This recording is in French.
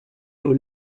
aux